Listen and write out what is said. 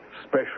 special